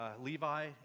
Levi